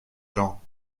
gens